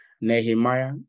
Nehemiah